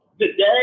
Today